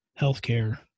healthcare